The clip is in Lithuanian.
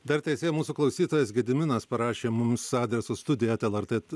dar teisėja mūsų klausytojas gediminas parašė mums adresu studija eta lrt